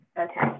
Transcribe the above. okay